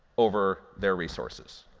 over their resources.